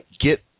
get